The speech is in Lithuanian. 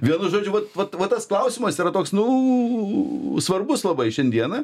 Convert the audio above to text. vienu žodžiu vat vat va tas klausimas yra toks nu svarbus labai šiandieną